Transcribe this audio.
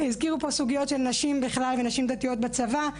הזכירו פה סוגיות של נשים בכלל ונשים דתיות בצבא,